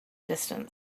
distance